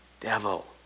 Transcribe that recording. devil